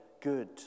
good